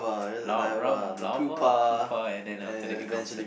lar~ lar~ larva pupa and then after that becomes a